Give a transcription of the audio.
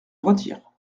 retire